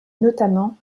notamment